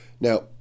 Now